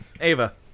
Ava